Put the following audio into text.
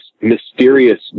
mysterious